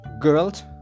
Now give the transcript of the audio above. girls